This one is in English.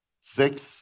Six